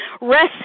rest